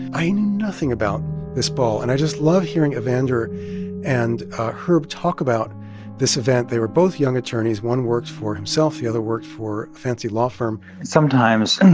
i knew nothing about this ball, and i just love hearing evander and herb talk about this event. they were both young attorneys. one worked for himself. the other worked for a fancy law firm sometimes,